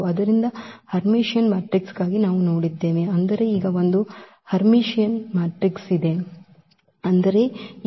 ಆದ್ದರಿಂದ ಹರ್ಮಿಟಿಯನ್ ಮ್ಯಾಟ್ರಿಕ್ಸ್ಗಾಗಿ ನಾವು ನೋಡಿದ್ದೇವೆ ಆದರೆ ಈಗ ಒಂದು ಹರ್ಮಿಟಿಯನ್ ಮ್ಯಾಟ್ರಿಕ್ಸ್ ಇದೆ ಅಂದರೆ ಈ A ಮೈನಸ್ A ಗೆ ಸಮಾನವಾಗಿರುತ್ತದೆ